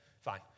fine